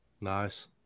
Nice